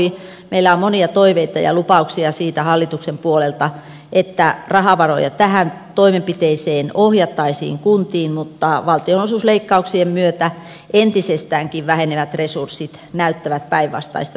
meillä on monia toiveita ja lupauksia siitä hallituksen puolelta että rahavaroja tähän toimenpiteeseen ohjattaisiin kuntiin mutta valtionosuusleikkauksien myötä entisestäänkin vähenevät resurssit näyttävät päinvastaista suuntaa